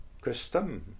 custom